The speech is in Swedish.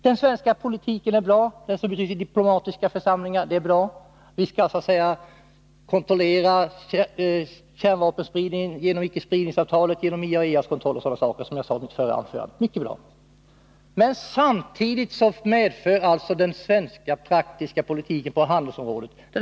Den svenska politiken, som bedrivs i diplomatiska församlingar, är bra. Vi skall, som jag sade i mitt förra anförande, kontrollera kärnvapenspridningen genom icke-spridningsavtalet, genom IAEA osv. — mycket bra! Men den praktiska politiken på handelsområdet är en annan.